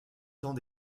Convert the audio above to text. temps